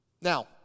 Now